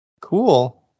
Cool